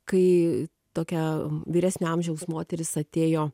kai tokia vyresnio amžiaus moteris atėjo